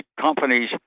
companies